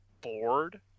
bored